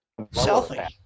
Selfie